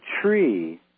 tree